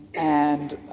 and